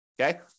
Okay